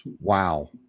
Wow